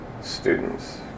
students